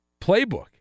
playbook